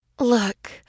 Look